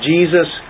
Jesus